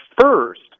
first